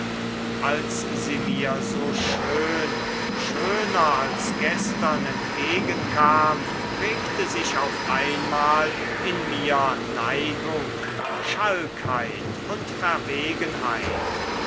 als sie mir so schön und schöner als gestern entgegenkam regte sich auf einmal in mir neigung schalkheit und verwegenheit